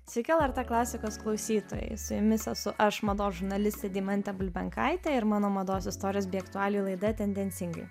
sveiki lrt klasikos klausytojai su jumis esu aš mados žurnalistė deimantė bulbenkaitė ir mano mados istorijos bei aktualijų laida tendencingai